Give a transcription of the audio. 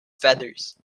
feathers